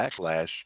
backlash